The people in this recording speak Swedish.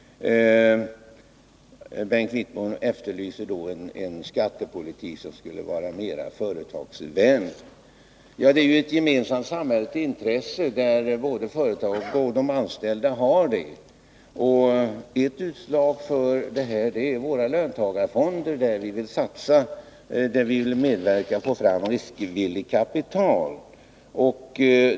Bengt Wittbom efterlyste då en skattepolitik, som skulle vara mer företagsvänlig. Det är ett gemensamt intresse för både företag och anställda. Ett utslag för detta är våra löntagarfonder, där vi vill få fram riskvilligt kapital.